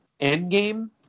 Endgame